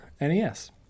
NES